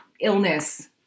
illness